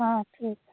हँ ठीक